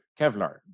Kevlar